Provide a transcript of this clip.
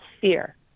fear